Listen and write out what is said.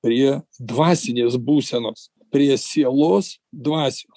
prie dvasinės būsenos prie sielos dvasios